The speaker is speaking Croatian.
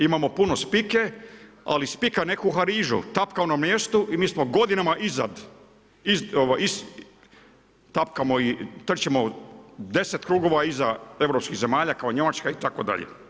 Imamo puno spike ali spika ne kuha rižu, tapkamo na mjestu i mi smo godinama iza, tapkamo i trčimo 10 krugova iza europskih zemalja kao Njemačka itd.